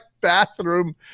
bathroom